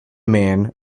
man